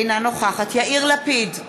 אינה נוכחת יאיר לפיד,